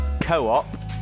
co-op